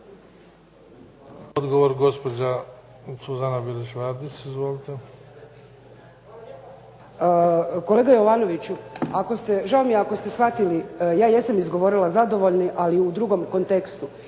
**Bilić Vardić, Suzana (HDZ)** Kolega Jovanoviću, žao mi je ako ste shvatili. Ja jesam izgovorila zadovoljni ali u drugom kontekstu.